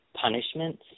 punishments